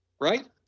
right